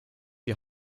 die